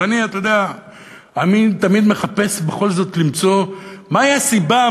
אבל אני תמיד מחפש בכל זאת למצוא מה הסיבה,